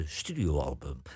studioalbum